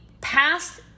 past